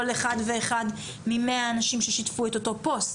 אחד ואחד ממאה האנשים ששיתפו את אותו פוסט,